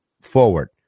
forward